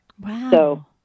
Wow